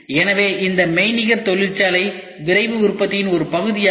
எனவே இந்த மெய்நிகர் தொழிற்சாலை விரைவு உற்பத்தியின் ஒரு பகுதியாகும்